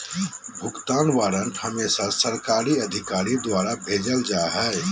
भुगतान वारन्ट हमेसा सरकारी अधिकारी द्वारा भेजल जा हय